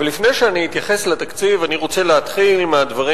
אבל לפני שאתייחס לתקציב אתחיל בדברים